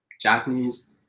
japanese